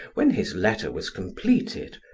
when his letter was completed,